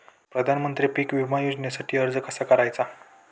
प्रधानमंत्री पीक विमा योजनेसाठी अर्ज कसा करायचा?